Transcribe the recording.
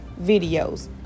videos